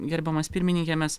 gerbiamas pirmininke mes